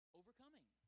overcoming